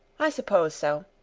i suppose so.